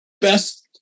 best